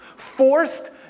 Forced